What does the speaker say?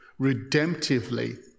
redemptively